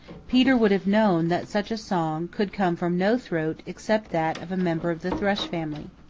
peter would have known that such a song could come from no throat except that of a member of the thrush family.